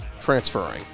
transferring